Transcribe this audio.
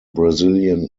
brazilian